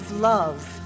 love